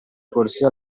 corsia